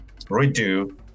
Redo